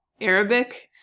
Arabic